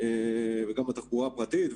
וגם לתחבורה הפרטית,